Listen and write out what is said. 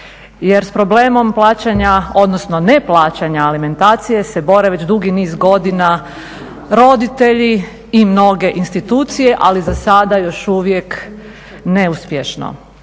Jer s problemom plaćanja, odnosno neplaćanja alimentacije se bore već dugi niz godina roditelji i mnoge institucije, ali za sada još uvijek neuspješno.